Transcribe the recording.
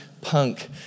punk